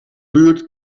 buurt